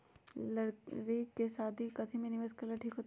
लड़की के शादी ला काथी में निवेस करेला ठीक होतई?